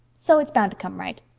so it's bound to come right.